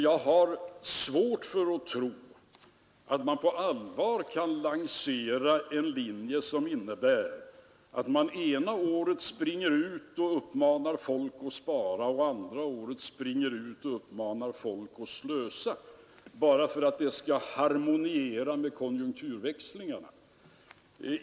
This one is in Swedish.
Jag har svårt för att tro att man på allvar kan lansera en linje som innebär att man ena året springer ut och uppmanar folk att spara och andra året springer ut och uppmanar folk att slösa bara för att det skall harmoniera med konjunkturväxlingarna.